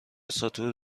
ساتور